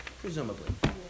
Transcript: Presumably